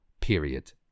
period